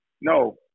No